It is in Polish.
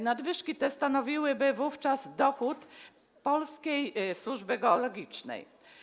Nadwyżki te stanowiłyby wówczas dochód Polskiej Służby Geologicznej.